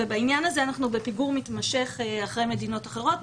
בעניין הזה אנחנו בפיגור מתמשך אחרי מדינות אחרות,